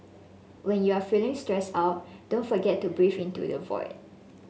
when you are feeling stressed out don't forget to breathe into the void